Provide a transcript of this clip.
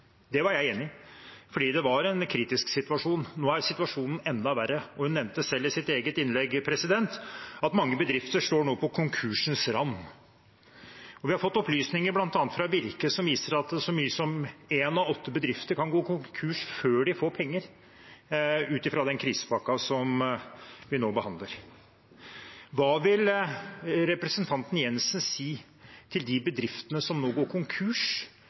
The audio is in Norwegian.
Det var jeg enig i fordi det var en kritisk situasjon. Nå er situasjonen enda verre, og hun nevnte selv, i sitt eget innlegg, at mange bedrifter nå står på konkursens rand. Vi har fått opplysninger fra bl.a. Virke som viser at så mange som én av åtte bedrifter kan gå konkurs før de får penger fra den krisepakken vi nå behandler. Hva vil representanten Jensen si til de bedriftene som nå går konkurs,